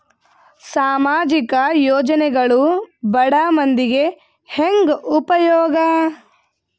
ಸಾಮಾಜಿಕ ಯೋಜನೆಗಳು ಬಡ ಮಂದಿಗೆ ಹೆಂಗ್ ಉಪಯೋಗ?